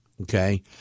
okay